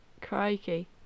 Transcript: Crikey